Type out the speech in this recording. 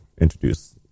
introduce